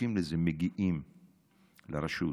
שזקוקים לזה מגיעים לרשות,